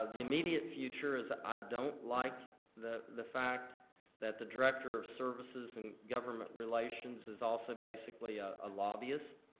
ah the immediate future is i ah don't like the the fact that the director of services and government relations is also basically a lobbyist,